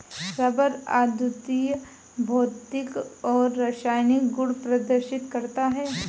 rubber अद्वितीय भौतिक और रासायनिक गुण प्रदर्शित करता है